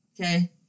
Okay